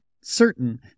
certain